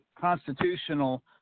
constitutional –